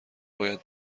باید